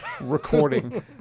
recording